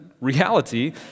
reality